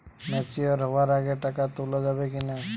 Mature হওয়ার আগে টাকা তোলা যাবে কিনা?